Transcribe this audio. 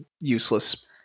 useless